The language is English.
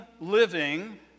living